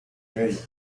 bella